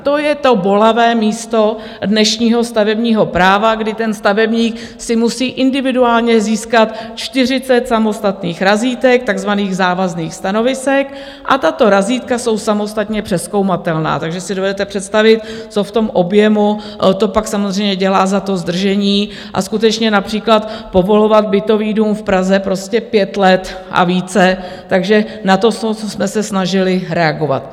To je to bolavé místo dnešního stavebního práva, kdy stavebník si musí individuálně získat čtyřicet samostatných razítek, takzvaných závazných stanovisek, a tato razítka jsou samostatně přezkoumatelná, takže si dovedete představit, co v tom objemu to pak samozřejmě dělá za zdržení, skutečně například povolovat bytový dům v Praze pět let a více, takže na to jsme se snažili reagovat.